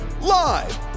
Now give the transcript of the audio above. live